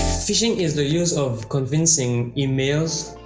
phishing is the use of convincing emails,